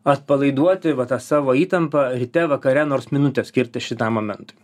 atpalaiduoti va tą savo įtampą ryte vakare nors minutę skirti šitam momentui